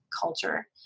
culture